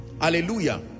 Hallelujah